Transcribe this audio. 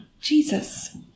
Jesus